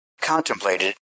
contemplated